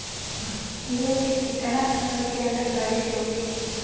Loan के कितना समय के अंदर भरे के होई?